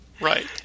Right